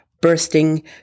bursting